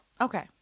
Okay